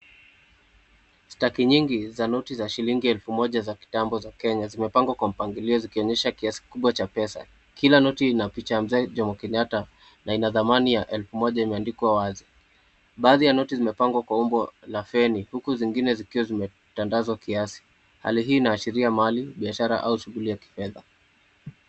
Staki nyingi za noti ya shilingi elfu moja za kitambo za Kenya zimepangwa kwa mpangilio zikionyesha kiasi kubwa cha pesa. Kila noti ina picha ya mzee Jomo Kenyatta na ina dhamani ya elfu moja imeandikwa wazi. Baadhi ya noti zimepangwa kwa umbo la feni huku zingine zikiwa zimetandazwa kiasi. Hali hii inaashiria mali, biashara au shughuli ya kifedha.